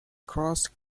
crossed